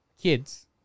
kids